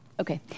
Okay